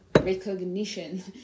recognition